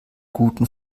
guten